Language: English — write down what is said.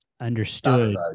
understood